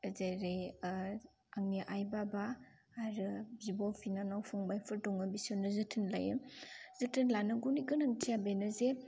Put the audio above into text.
जेरै आंनि आइ बाबा आरो बिब' बिनानाव फंबायफोर दङ बिसोरनो जोथोन लायो जोथोन लानांगौनि गोनांथिया बेनो जे